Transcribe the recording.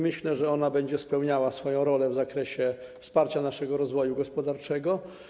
Myślę, że będzie ona spełniała swoją rolę w zakresie wsparcia naszego rozwoju gospodarczego.